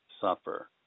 suffer